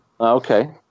okay